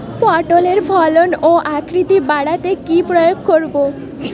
পটলের ফলন ও আকৃতি বাড়াতে কি প্রয়োগ করব?